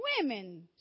women